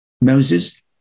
Moses